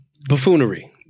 Buffoonery